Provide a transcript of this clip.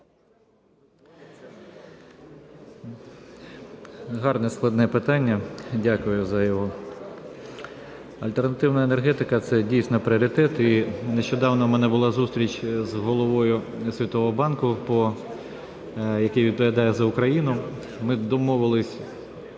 Гарне складне питання, дякую за його. Альтернативна енергетика – це дійсно пріоритет. І нещодавно у мене була зустріч з головою Світового банку, який відповідає за Україну, ми домовилися